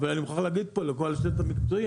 אבל אני מוכרח להגיד פה לכל הצוות המקצועי,